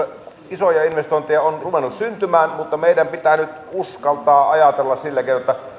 isoja investointeja on ruvennut syntymään mutta meidän pitää nyt uskaltaa ajatella sillä keinoin että